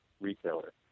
retailer